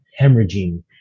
hemorrhaging